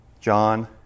John